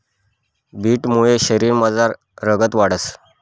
बीटमुये शरीरमझार रगत वाढंस